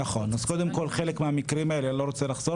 אז קודם כל חלק מהמקרים האלה לא רוצה לחזור